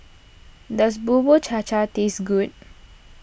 does Bubur Cha Cha taste good